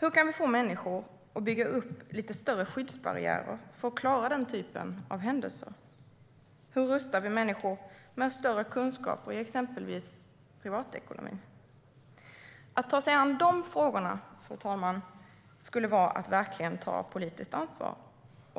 Hur kan vi få människor att bygga upp lite större skyddsbarriärer för att klara den typen av händelser? Hur rustar vi människor med större kunskap i exempelvis privatekonomi? Att ta sig an de frågorna, fru talman, skulle vara att verkligen ta politiskt ansvar.